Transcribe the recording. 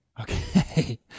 Okay